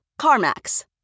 CarMax